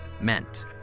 meant